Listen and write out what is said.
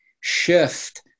shift